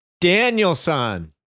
Danielson